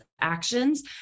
actions